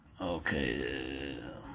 Okay